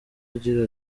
agira